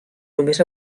només